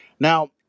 Now